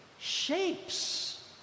shapes